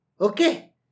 okay